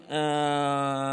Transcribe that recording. סיכוי.